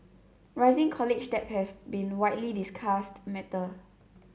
rising college debt has been a widely discussed matter